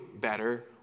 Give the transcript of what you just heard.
better